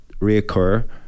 reoccur